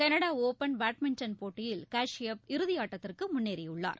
களடா open badminton போட்டியில் காஷ்யப் இறுதியாட்டத்திற்கு முன்னேறியுள்ளார்